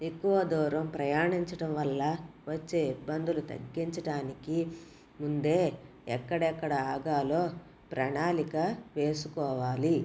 ఎక్కువ దూరం ప్రయాణించడం వల్ల వచ్చే ఇబ్బందులు తగ్గించడానికి ముందే ఎక్కడ ఎక్కడ ఆగాలో ప్రణాళిక వేసుకోవాలి